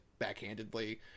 backhandedly